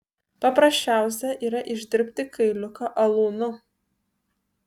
paprasčiausia yra išdirbti kailiuką alūnu